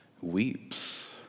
weeps